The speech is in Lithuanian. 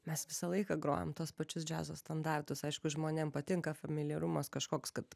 mes visą laiką grojam tuos pačius džiazo standartus aišku žmonėm patinka familiarumas kažkoks kad